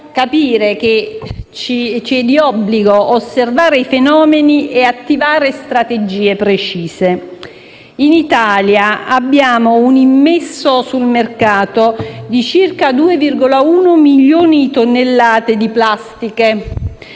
capire che ci è d'obbligo osservare i fenomeni e attivare strategie precise. In Italia abbiamo un immesso sul mercato di circa 2,1 milioni di tonnellate di plastiche;